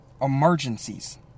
emergencies